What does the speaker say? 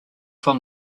from